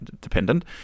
dependent